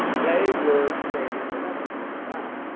they were trading with everyone. now,